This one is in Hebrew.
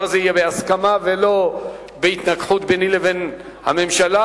הזה יהיה בהסכמה ולא בהתנגחות ביני לבין הממשלה,